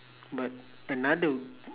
but another